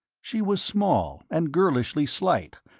she was small, and girlishly slight,